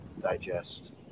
digest